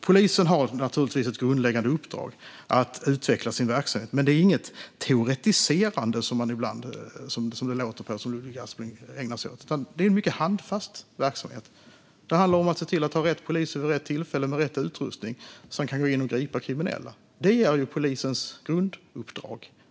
Polisen har naturligtvis ett grundläggande uppdrag att utveckla sin verksamhet. Men det är inget teoretiserande, som det låter på Ludvig Aspling som att man ägnar sig åt, utan det är en mycket handfast verksamhet. Det handlar om att ha rätt poliser på plats vid rätt tillfälle som med rätt utrustning kan gå in och gripa kriminella. Det är polisens grunduppdrag.